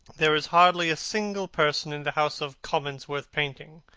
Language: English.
there is hardly a single person in the house of commons worth painting,